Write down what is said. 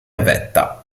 vetta